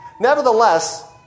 Nevertheless